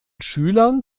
schülern